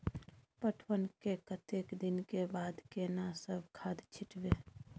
पटवन के कतेक दिन के बाद केना सब खाद छिटबै?